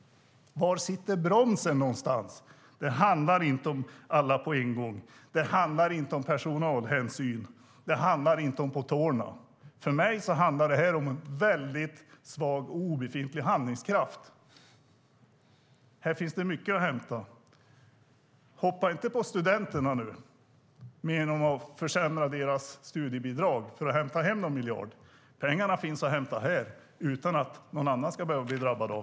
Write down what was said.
Var sitter bromsen? Det handlar inte om alla på en gång. Det handlar inte om personalhänsyn. Det handlar inte om "på tårna". För mig handlar det här om en väldigt svag eller obefintlig handlingskraft. Här finns mycket att hämta. Hoppa nu inte på studenterna genom att försämra deras studiebidrag för att hämta hem någon miljard! Pengarna finns att hämta här utan att någon annan ska behöva drabbas.